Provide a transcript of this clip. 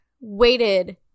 waited